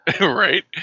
Right